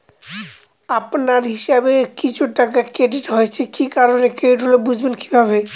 আপনার হিসাব এ কিছু টাকা ক্রেডিট হয়েছে কি কারণে ক্রেডিট হল বুঝবেন কিভাবে?